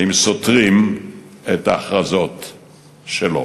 והם סותרים את ההכרזות שלו.